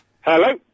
Hello